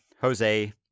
jose